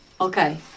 Okay